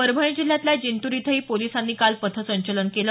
परभणी जिल्ह्यातल्या जिंतूर इथंही पोलिसांनी काल पथसंचलन केलं